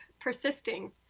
persisting